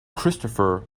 christopher